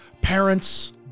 parents